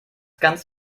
kannst